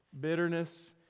Bitterness